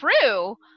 true